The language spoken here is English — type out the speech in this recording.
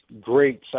great